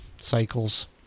cycles